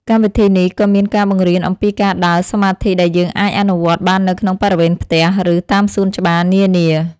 កម្មវិធីនេះក៏មានការបង្រៀនអំពីការដើរសមាធិដែលយើងអាចអនុវត្តបាននៅក្នុងបរិវេណផ្ទះ ឬ តាមសួនច្បារនានា។